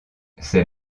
ses